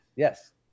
yes